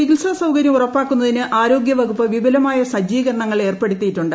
ചികിത്സാ സൌകര്യം ഉറപ്പാക്കുന്നതിന് ആരോഗ്യവകുപ്പ് വിപുലമായ സജ്ജീകരണങ്ങൾ ഏർപ്പെടുത്തിയിട്ടുണ്ട്